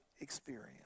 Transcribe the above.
experience